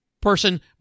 person